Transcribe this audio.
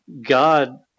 God